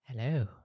Hello